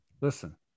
listen